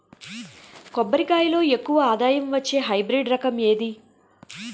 కొబ్బరి లో ఎక్కువ ఆదాయం వచ్చే హైబ్రిడ్ రకం ఏది?